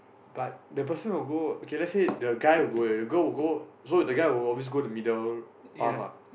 but the person who go okay let's say the guy will the girl will go so the guy will always go the middle path ah